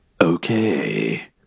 Okay